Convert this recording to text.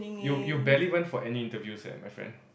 you you barely went for any interviews leh my friend